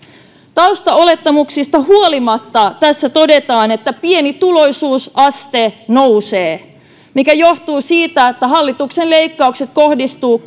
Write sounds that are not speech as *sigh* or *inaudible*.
taustaolettamuksista huolimatta siellä todetaan että pienituloisuusaste nousee mikä johtuu siitä että hallituksen leikkaukset kohdistuvat *unintelligible*